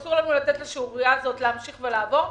אסור-אסור-אסור לנו לתת לשערורייה הזאת להמשיך ולעבור.